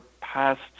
past